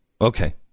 okay